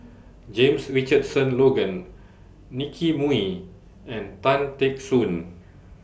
James Richardson Logan Nicky Moey and Tan Teck Soon